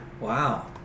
Wow